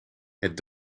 het